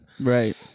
right